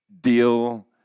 deal